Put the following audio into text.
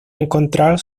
encontrar